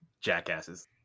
jackasses